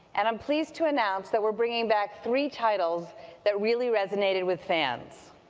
and i'm pleased to announce that we're bringing back three titles that really resonated with fans.